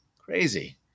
crazy